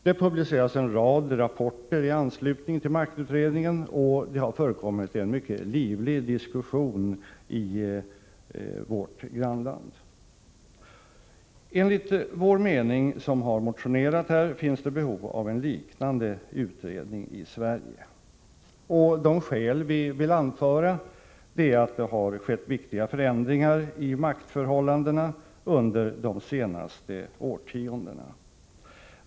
Det publicerades en rad rapporter i anslutning till maktutredningen, och det har förekommit en mycket livlig diskussion i vårt grannland. Enligt vår mening, och vi har motionerat om detta, finns behov av en liknande utredning i Sverige. De skäl vi vill anföra är att det har skett viktiga förändringar i maktförhållandena under de senaste årtiondena.